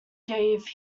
gave